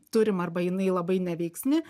turim arba jinai labai neveiksni